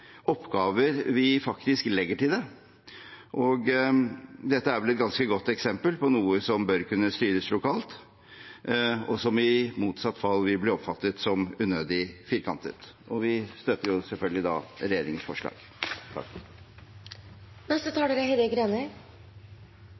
oppgaver vi faktisk legger til det, og dette er vel et ganske godt eksempel på noe som bør kunne styres lokalt, og som i motsatt fall vil bli oppfattet som unødig firkantet. Vi støtter selvfølgelig regjeringens forslag.